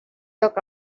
talk